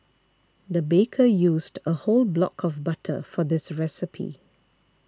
the baker used a whole block of butter for this recipe